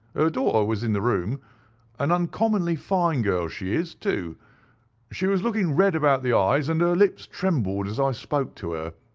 her daughter was in the room, too an uncommonly fine girl she is, too she was looking red about the eyes and her lips trembled as i spoke to her.